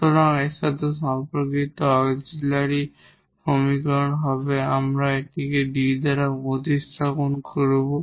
সুতরাং এর সাথে সম্পর্কিত অক্সিলিয়ারি সমীকরণ হবে যখন আমরা এটিকে 𝐷 দ্বারা প্রতিস্থাপন করব